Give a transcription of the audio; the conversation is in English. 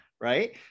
right